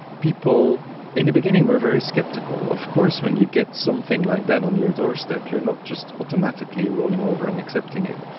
people in the beginning were very sceptical. of course when you get something like that on your doorstep you're not just automatically rolling over and accepting it.